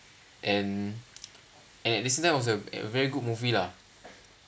and and at the same time it was a very good movie lah